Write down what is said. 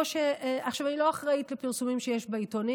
אני לא אחראית לפרסומים שיש בעיתונים.